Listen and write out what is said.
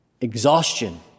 exhaustion